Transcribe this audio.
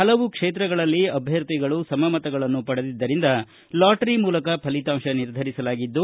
ಹಲವು ಕ್ಷೇತ್ರಗಳಲ್ಲಿ ಅಭ್ಯರ್ಥಿಗಳು ಸಮ ಮತಗಳನ್ನು ಪಡೆದಿದ್ದರಿಂದ ಲಾಟರಿ ಮೂಲಕ ಫಲಿತಾಂಶ ನಿರ್ಧರಿಸಲಾಗಿದ್ದು